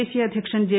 ദേശീയ അധ്യക്ഷൻ ജെ